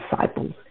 disciples